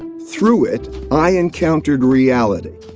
through it, i encountered reality,